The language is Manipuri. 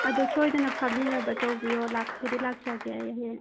ꯑꯗꯣ ꯁꯣꯏꯗꯅ ꯐꯥꯕꯤꯅꯕ ꯇꯧꯕꯤꯌꯣ ꯂꯥꯛꯄꯨꯗꯤ ꯂꯥꯛꯆꯒꯦ ꯑꯩ ꯍꯌꯦꯡ